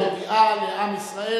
זה ברור.